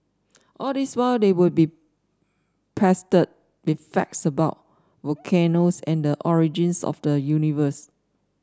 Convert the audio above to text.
all this while they would be pestered with facts about volcanoes and the origins of the universe